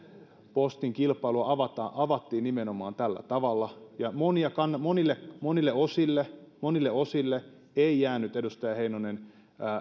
postin kilpailua avattiin avattiin nimenomaan tällä tavalla ja monille osille monille osille ei edustaja heinonen